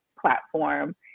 platform